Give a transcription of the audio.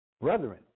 brethren